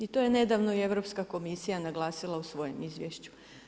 I to je nedavno i Europska komisija naglasila u svojem izvješću.